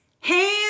Hands